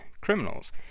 criminals